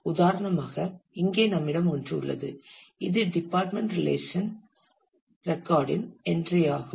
உதாரணமாக இங்கே நம்மிடம் ஒன்று உள்ளது இது department relation record in entry ஆகும்